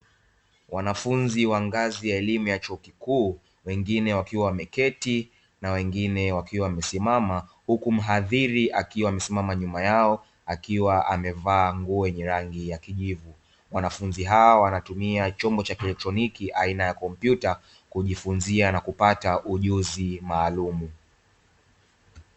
Wanafunzi wa ngazi ya elimu ya chuo kikuu wengine wakiwa wameketi na wengine wakiwa wamesimama, huku mhadhiri akiwa amesimama nyuma yao akiwa amevaa nguo nye rangi ya kijivu, wanafunzi hawa wanatumia chombo cha kielektroniki aina ya kompyuta kujifunzia na kupata ujuzi maalumu.